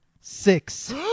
six